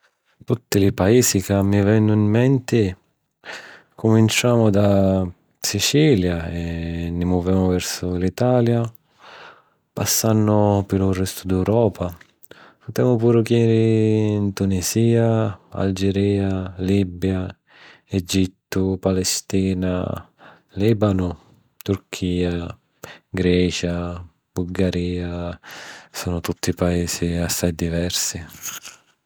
Tutti li paisi ca mi vennu 'n menti... Cuminciamu dâ Sicilia e ni muvemu versu l’Italia, passannu pi lu restu d’Europa. Putemu puru jiri ‘n Tunisìa, Algirìa, Libia, Egittu, Palestina, Lìbanu, Turchìa, Grecia, Bulgarìa... sunnu tutti paisi assai diversi.